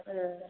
ஆ